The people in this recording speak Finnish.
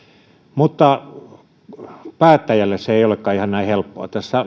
mutta päättäjälle se ei olekaan ihan näin helppoa tässä